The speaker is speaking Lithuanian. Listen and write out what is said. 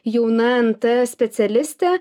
jauna nt specialistė